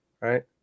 right